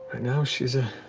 now she's ah